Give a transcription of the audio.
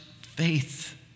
faith